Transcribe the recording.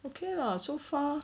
okay lah so far